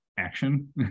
action